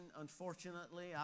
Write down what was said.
unfortunately